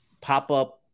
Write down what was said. pop-up